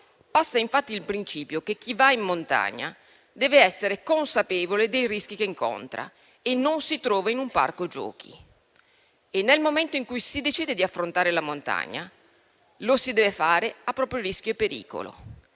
passa infatti il principio che chi va in montagna deve essere consapevole dei rischi che incontra e non si trova in un parco giochi e, nel momento in cui si decide di affrontare la montagna, lo si deve fare a proprio rischio e pericolo.